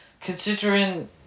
Considering